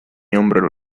hombro